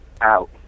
out